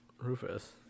Rufus